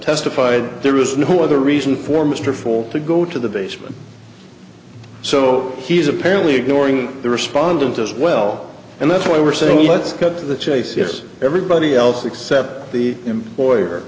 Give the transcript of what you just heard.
testified there was no other reason for mr ford to go to the basement so he's apparently ignoring the respondent as well and that's why we're saying let's cut to the chase yes everybody else except the employer